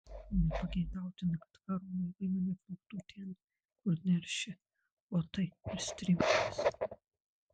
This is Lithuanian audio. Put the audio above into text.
nepageidautina kad karo laivai manevruotų ten kur neršia otai ir strimelės